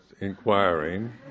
inquiring